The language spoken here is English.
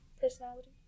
personality